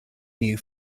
new